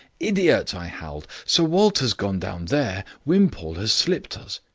idiot! i howled. sir walter's gone down there. wimpole has slipped us.